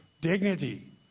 dignity